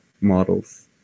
models